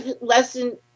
lesson